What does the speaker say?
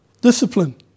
Discipline